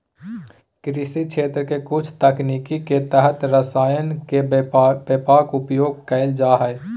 कृषि क्षेत्र के कुछ तकनीक के तहत रसायन के व्यापक उपयोग कैल जा हइ